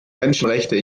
menschenrechte